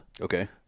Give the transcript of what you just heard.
Okay